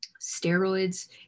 steroids